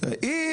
אם